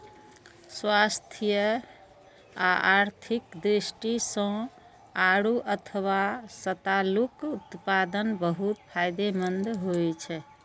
स्वास्थ्य आ आर्थिक दृष्टि सं आड़ू अथवा सतालूक उत्पादन बहुत फायदेमंद होइ छै